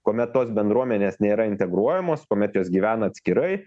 kuomet tos bendruomenės nėra integruojamos kuomet jos gyvena atskirai